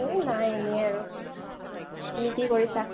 এ নাই এনে আৰু তুমি কি কৰিছা